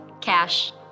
Cash